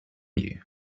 you